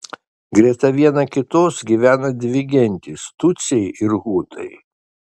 greta viena kitos gyvena dvi gentys tutsiai ir hutai